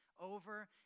over